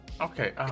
Okay